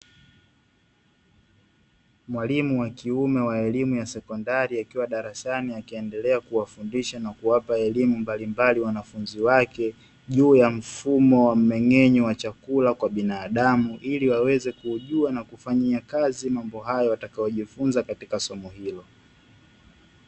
Mwalimu wa kiume wa elimu ya sekondari, akiwa darasani akiendelea kuwafundisha na kuwapa elimu mbalimbali wanafunzi wake, juu ya mfumo wa mmeng'enyo wa chakula kwa binadamu, ili waweze kujua na kufanyia kazi mambo hayo watakayojifunza katika somo hilo.